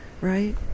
right